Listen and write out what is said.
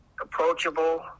approachable